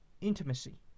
intimacy